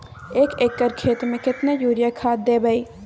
एक एकर खेत मे केतना यूरिया खाद दैबे?